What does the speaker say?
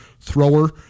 thrower